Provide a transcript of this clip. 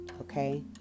Okay